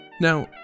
Now